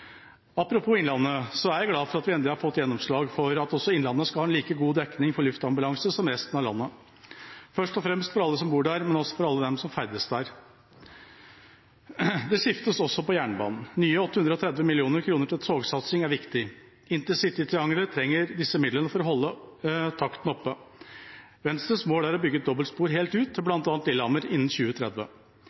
Apropos innlandet: Jeg er glad for at vi endelig har fått gjennomslag for at også innlandet skal ha en like god dekning for luftambulanse som resten av landet, først og fremst for alle som bor der, men også for alle dem som ferdes der. Det skiftes også på jernbanen. Nye 830 mill. kr til togsatsing er viktig. Intercitytriangelet trenger disse midlene for å holde takten oppe. Venstres mål er å bygge dobbeltspor helt ut, til bl.a. Lillehammer, innen 2030.